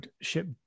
ship